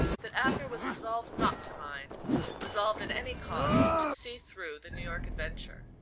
that abner was resolved not to mind resolved at any cost to see through the new york adventure.